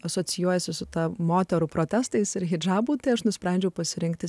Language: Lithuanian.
asocijuojasi su ta moterų protestais ir hidžabu tai aš nusprendžiau pasirinkti